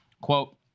quote